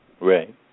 Right